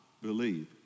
believe